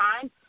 time